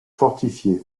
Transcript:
fortifiées